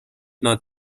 nad